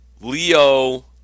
Leo